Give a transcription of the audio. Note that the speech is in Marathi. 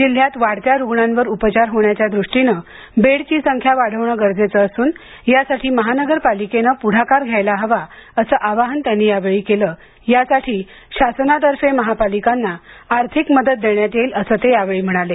जिल्ह्यात वाढत्या रुग्णांवर उपचार होण्याच्या दृष्टीने बेडची संख्या वाढविणे गरजेचे असून यासाठी महानगरपालिकेने पुढाकार घ्यायला हवा असं आवाहन त्यांनी यावेळी केलं यासाठी शासनातर्फे महापालिकांना आर्थिक मदत देण्यात येईल असं ते यावेळी म्हणाले